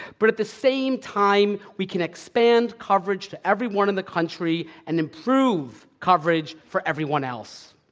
but at the same time, we can expand coverage to everyone in the country and improve coverage for everyone else.